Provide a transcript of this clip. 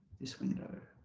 this window